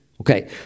Okay